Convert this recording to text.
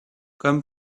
comme